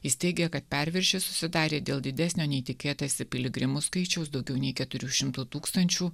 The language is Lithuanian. jis teigė kad perviršis susidarė dėl didesnio nei tikėtasi piligrimų skaičiaus daugiau nei keturių šimtų tūkstančių